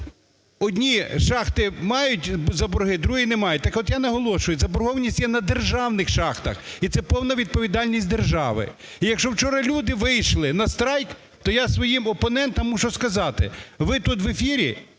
одні шахти мають за борги, другі – не мають. Так от я наголошую: заборгованість є на державних шахтах і це повна відповідальність держави. І якщо вчора люди вийшли на страйк, то я своїм опонентам мушу сказати: ви тут в ефірі